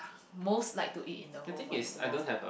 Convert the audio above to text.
most like to eat in the whole wide world